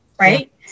right